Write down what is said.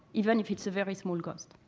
even if it's a very small cost.